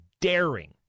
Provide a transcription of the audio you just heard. daring